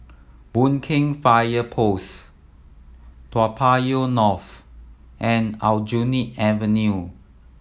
Boon Keng Fire Post Toa Payoh North and Aljunied Avenue